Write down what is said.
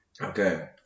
Okay